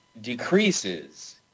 decreases